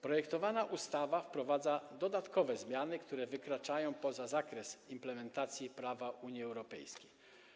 Projektowana ustawa wprowadza dodatkowe zmiany, które wykraczają poza zakres implementacji prawa Unii Europejskiej.